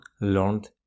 learned